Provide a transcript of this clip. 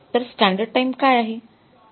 तर standard time काय आहे